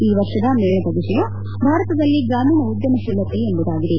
ಈ ವರ್ಷದ ಮೇಳದ ವಿಷಯ ಭಾರತದಲ್ಲಿ ಗ್ರಾಮೀಣ ಉದ್ಘಮತೀಲತೆ ಎಂಬುದಾಗಿದೆ